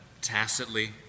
tacitly